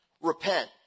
Repent